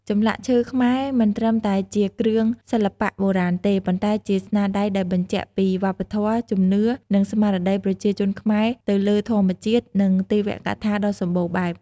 ចម្លាក់ឈើខ្មែរមិនត្រឹមតែជាគ្រឿងសិល្បៈបុរាណទេ ប៉ុន្តែជាស្នាដៃដែលបញ្ជាក់ពីវប្បធម៌ ជំនឿ និងស្មារតីប្រជាជនខ្មែរទៅលើធម្មជាតិ និងទេវកថាដ៏សម្បូរបែប។